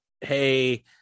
hey